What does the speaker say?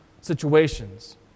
situations